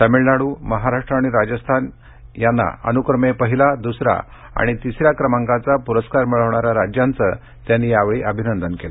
तामिळनाडू महाराष्टू आणि राजस्थान या अनुक्रमे पहिला दुसरा आणि तिसऱ्या क्रमांकाचा पुरस्कार मिळवणाऱ्या राज्यांचं त्यांनी यावेळी अभिनंदन केलं